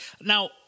now